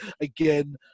again